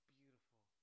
beautiful